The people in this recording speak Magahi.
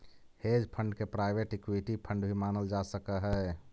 हेज फंड के प्राइवेट इक्विटी फंड भी मानल जा सकऽ हई